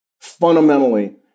fundamentally